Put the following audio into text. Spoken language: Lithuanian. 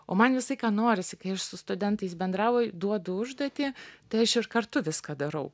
o man visą laiką norisi kai aš su studentais bendrauju duodu užduotį tai aš ir kartu viską darau